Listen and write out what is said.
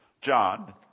John